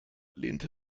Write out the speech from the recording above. lehnte